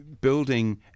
building